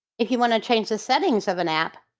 if you want to change the settings of an app,